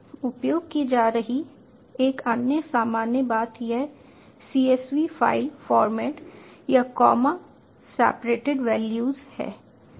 उपयोग की जा रही एक अन्य सामान्य बात यह csv फ़ाइल फॉर्मेट या कॉमा सेपरेटेड वैल्यूज है